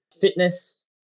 fitness